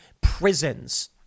prisons